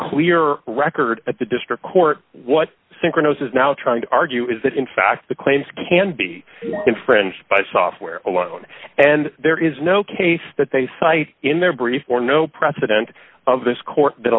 clear record at the district court what synchronises now trying to argue is that in fact the claims can be infringed by software alone and there is no case that they cite in their brief or no precedent of this court that